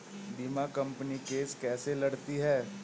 बीमा company case कैसे लड़ती है?